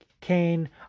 Kane